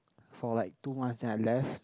for like two months then I left